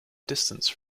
distance